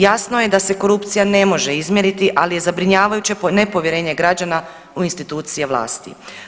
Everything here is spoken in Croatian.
Jasno je da se korupcija ne može izmjeriti, ali je zabrinjavajuće nepovjerenje građana u institucije vlasti.